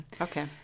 Okay